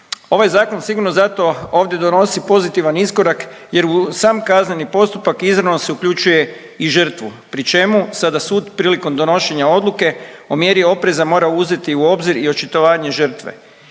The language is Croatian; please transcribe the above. Ovaj zakon sigurno zato ovdje donosi pozitivan iskorak jer u sam kazneni postupak izravno se uključuje i žrtvu pri čemu sada sud prilikom donošenja odluke o mjeri opreza mora uzeti u obzir i očitovanje žrtve.